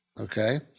Okay